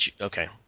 Okay